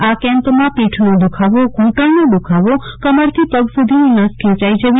આ કેમ્પમાં પીઠનો દુખાવો ધૂંટણનો દુખાવો કમરથી પગ સુધીની નસ ખેંચાઈ જવી